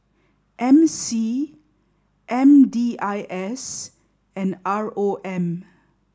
M C M D I S and R O M